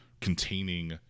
containing